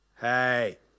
Hey